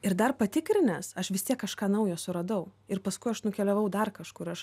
ir dar patikrinęs aš vis tiek kažką naujo suradau ir paskui aš nukeliavau dar kažkur aš